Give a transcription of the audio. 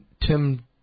Tim